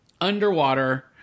underwater